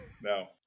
No